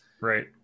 right